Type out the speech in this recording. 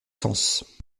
sens